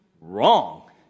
wrong